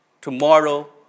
tomorrow